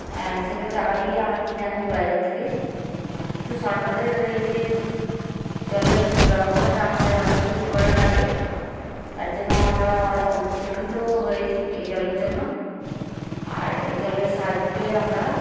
হ্যাঁ সেগুলো টাকা দিয়ে আমরা কিনে আনি বাজার থেকে কিন্তু সরকারের এই যে জলের ব্যবস্থাটা আমাদের অনেকই উপকারে লাগে তার জন্য আমরা অনেক উপকৃত হয়েছ এই জলের জন্য আর এই জলের সাহায্য পেয়ে আমরা